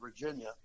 Virginia